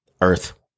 earth